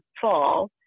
fall